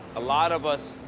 a lot of us,